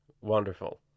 wonderful